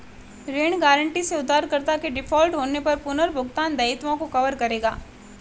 ऋण गारंटी से उधारकर्ता के डिफ़ॉल्ट होने पर पुनर्भुगतान दायित्वों को कवर करेगा